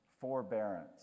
forbearance